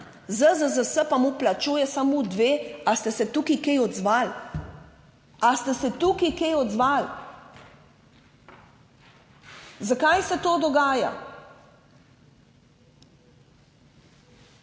dan, ZZZS pa mu plačuje samo dve. Ali ste se tukaj kaj odzvali, a ste se tukaj kaj odzvali? Zakaj se to dogaja?